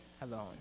alone